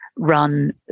run